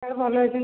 sir ଭଲ ଅଛନ୍ତି